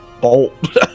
bolt